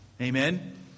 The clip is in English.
Amen